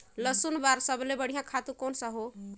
लसुन बार सबले बढ़िया खातु कोन सा हो?